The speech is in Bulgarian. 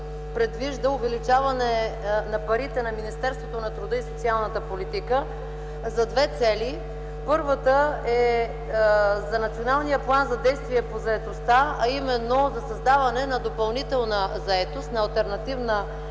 предвижда увеличаване на парите на Министерството на труда и социалната политика за две цели. Първата е за националния план за действие по заетостта, а именно за създаване на допълнителна заетост, на алтернативна